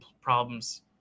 problems